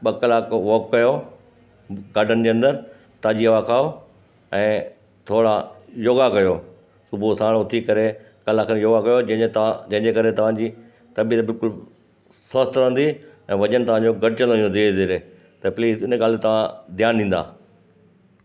ॿ कलाक वॉक कयो गार्डन जे अंदरि ताजी हवा खाओ ऐं थोरा योगा कयो सुबुह साण उथी करे कलाकु योगा कयो जंहिंजो तव्हां जंहिंजे करे तव्हांजी तबीअत बिल्कुलु स्वस्थ रहंदी ऐं वजन तव्हांजो घटिजंदो वेंदो धीरे धीरे त प्लीज़ इन ॻाल्हि ते तव्हां ध्यानु ॾींदा